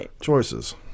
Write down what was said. choices